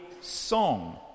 song